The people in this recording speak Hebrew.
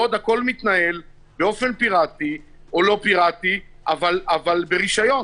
בעוד הכול מתנהל באופן פיראטי או לא פיראטי אבל ברישיון.